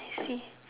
I see